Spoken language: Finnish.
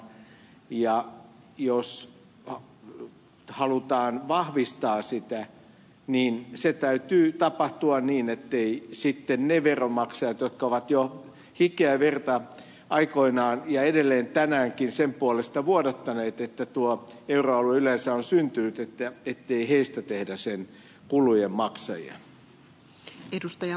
ja jos halutaan vahvistaa sitä niin sen täytyy tapahtua niin ettei sitten niistä veronmaksajista jotka ovat jo hikeä ja verta aikoinaan ja edelleen tänäänkin sen puolesta vuodattaneet että tuo euroalue yleensä on syntynyt tehdä sen kulujen maksajia